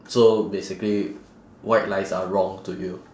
so basically white lies are wrong to you